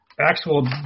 Actual